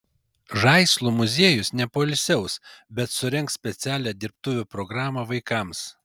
žaislų muziejus nepoilsiaus bet surengs specialią dirbtuvių programą vaikams